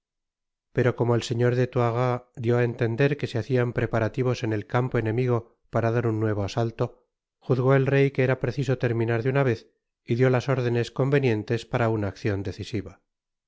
pero como el señor de toiras dió á entender que se hacian preparativos en el campo enemigo para dar un nuevo asalto juzgó el rey que era preciso terminar de una vez y dió las órdenes convenientes para una accion decisiva